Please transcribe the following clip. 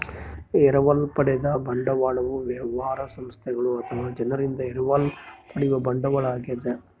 ಎರವಲು ಪಡೆದ ಬಂಡವಾಳವು ವ್ಯವಹಾರ ಸಂಸ್ಥೆಗಳು ಅಥವಾ ಜನರಿಂದ ಎರವಲು ಪಡೆಯುವ ಬಂಡವಾಳ ಆಗ್ಯದ